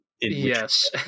yes